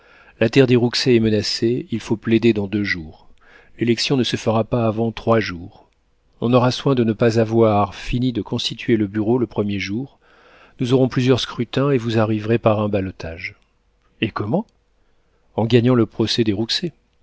la terre des rouxey est menacée il faut plaider dans deux jours l'élection ne se fera pas avant trois jours on aura soin de ne pas avoir fini de constituer le bureau le premier jour nous aurons plusieurs scrutins et vous arriverez par un ballottage et comment en gagnant le procès